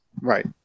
Right